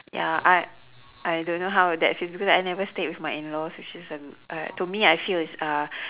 ya I I don't know how that feels because I never stayed with my in laws which is uh to me I feel is uh